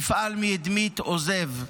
מפעל מאדמית עוזב,